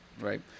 Right